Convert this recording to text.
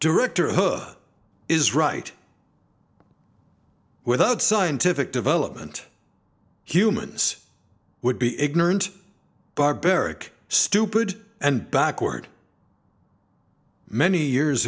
director hook is right without scientific development humans would be ignorant barbaric stupid and backward many years